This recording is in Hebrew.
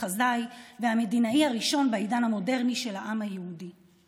מחזאי והמדינאי הראשון של העם היהודי בעידן המודרני.